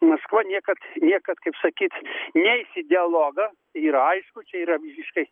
maskva niekad niekad kaip sakyt neis į dialogą yra aišku čia yra visiškai